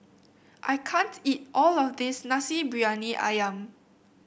I can't eat all of this Nasi Briyani ayam